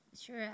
sure